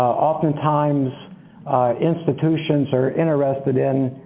oftentimes institutions are interested in